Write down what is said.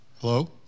Hello